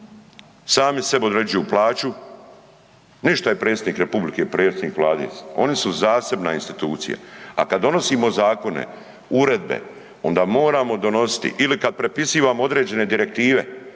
Sami sebi određuju plaću, ništa predsjednik Republike, predsjednik Vlade oni su zasebna institucija. A kada donosimo zakone, uredbe onda moramo donositi ili kada prepisivamo određene direktive